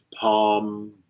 palm